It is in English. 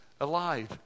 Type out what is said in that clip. alive